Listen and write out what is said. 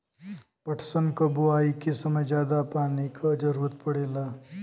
पटसन क बोआई के समय जादा पानी क जरूरत पड़ेला